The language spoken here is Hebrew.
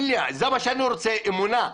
זה מה שאני רוצה אמונה.